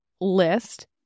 list